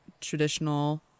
traditional